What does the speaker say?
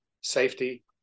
safety